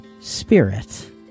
spirit